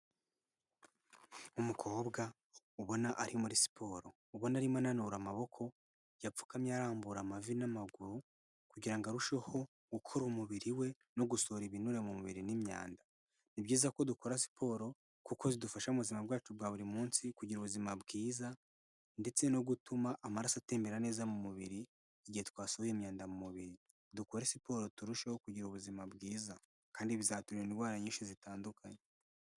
Umukobwa ubona ari muri siporo, ubona arimo ananura amaboko, yapfukamye arambura amavi n'amaguru, kugirango ngo arusheho gukora umubiri we no gusohora ibinure mu mubiri n'imyanda. Ni byiza ko dukora siporo, kuko zidufasha mu buzima bwacu bwa buri munsi, kugira ubuzima bwiza ndetse no gutuma amaraso atebera neza mu mubiri, igihe twasohoye imyanda mu mubiri. Dukore siporo turusheho kugira ubuzima bwiza. Kandi bizaturinda indwara nyinshi zitandukanye.